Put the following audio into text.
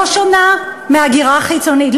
לא שונה מהגירה חיצונית.